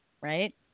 right